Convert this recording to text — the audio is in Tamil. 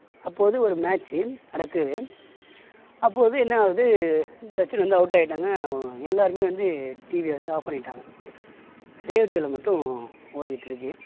அப்போது ஒரு மேட்சு நடக்குது அப்போது என்ன ஆகுது சச்சின் வந்து அவுட் ஆயிட்டாங்க எல்லோருமே வந்து டிவியை வந்து ஆஃப் பண்ணிட்டாங்க ரேடியோவில் மட்டும் ஓடிகிட்டு இருக்குது